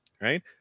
right